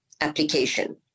application